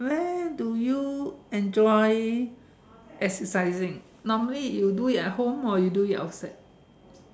where do you enjoy exercising normally you do it at home or you do it outside